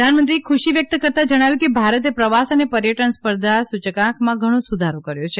પ્રધાનમંત્રીએ ખુશી વ્યક્ત કરતાં જણાવ્યું કે ભારતે પ્રવાસ અને પર્યટન સ્પર્ધા સૂચકાંકમાં ઘણો સુધારો કર્યો છે